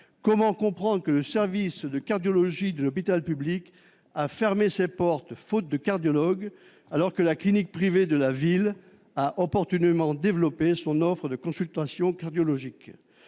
comment comprendre que le service de cardiologie de l'hôpital public ait fermé ses portes, faute de cardiologue, alors que la clinique privée de la ville a opportunément développé son offre de consultations cardiologiques ?